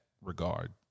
regard